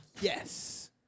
Yes